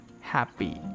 happy